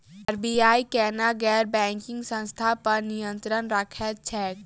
RBI केना गैर banking संस्था पर नियत्रंण राखैत छैक?